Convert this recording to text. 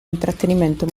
intrattenimento